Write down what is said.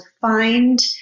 find